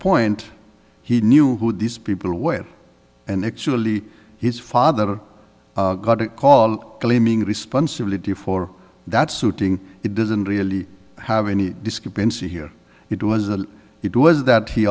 point he knew who these people away and actually his father got to call claiming responsibility for that suiting it doesn't really have any discrepancy here it was that it was that he